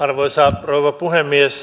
arvoisa rouva puhemies